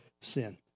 sin